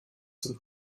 zum